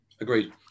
Agreed